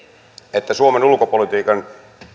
että suomen ulkopolitiikan